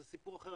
זה סיפור אחר,